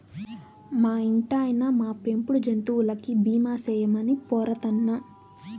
మా ఇంటాయినా, మా పెంపుడు జంతువులకి బీమా సేయమని పోరతన్నా